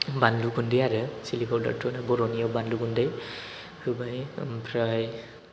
बानलु गुन्दै आरो चिल्ली पाउदारथ' होना बर'निआव बानलु गुन्दै होबाय ओमफ्राय